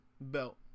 belt